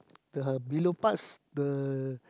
the below parts the